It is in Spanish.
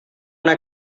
una